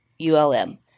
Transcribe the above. ULM